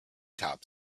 top